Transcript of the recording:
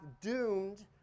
doomed